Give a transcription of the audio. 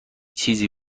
چیزی